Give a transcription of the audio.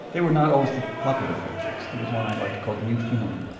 they were not always the popular favorites. there was one i liked called new feeling